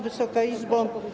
Wysoka Izbo!